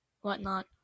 whatnot